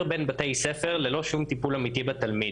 בין בתי ספר ללא שום טיפול אמתי בתלמיד?